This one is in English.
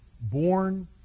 born